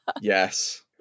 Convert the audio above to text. yes